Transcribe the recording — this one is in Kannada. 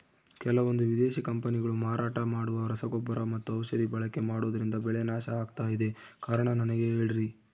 ಕೆಲವಂದು ವಿದೇಶಿ ಕಂಪನಿಗಳು ಮಾರಾಟ ಮಾಡುವ ರಸಗೊಬ್ಬರ ಮತ್ತು ಔಷಧಿ ಬಳಕೆ ಮಾಡೋದ್ರಿಂದ ಬೆಳೆ ನಾಶ ಆಗ್ತಾಇದೆ? ಕಾರಣ ನನಗೆ ಹೇಳ್ರಿ?